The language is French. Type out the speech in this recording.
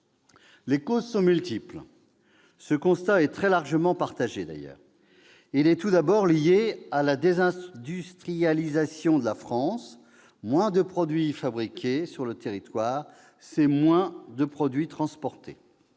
Les causes en sont multiples, ce constat étant d'ailleurs très largement partagé. Le déclin est tout d'abord lié à la désindustrialisation de la France : moins de produits fabriqués sur le territoire, c'est moins de produits transportés.